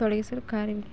ತೊಡಗಿಸಲು